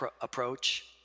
approach